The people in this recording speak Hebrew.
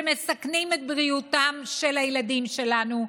שמסכנים את בריאותם של הילדים שלנו,